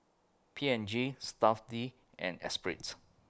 P and G Stuff'd and Esprit